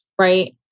right